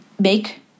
make